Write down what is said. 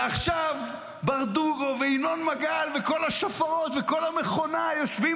ועכשיו ברדוגו וינון מגל וכל השופרות וכל המכונה יושבים